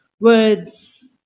words